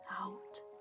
out